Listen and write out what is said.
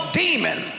demon